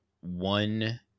one